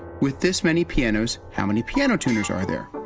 with this many pianos, how many piano tuners are there?